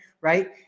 Right